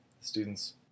students